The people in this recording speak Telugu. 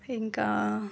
ఇంకా